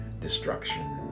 destruction